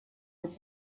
des